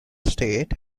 state